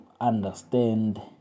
understand